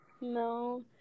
No